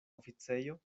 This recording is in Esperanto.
oficejo